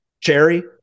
Cherry